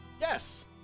Yes